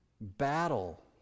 battle